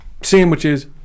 sandwiches